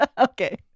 Okay